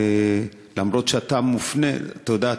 אתה יודע,